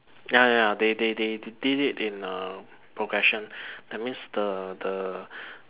ya ya ya they they they did it in uh progression that means the the